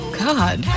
god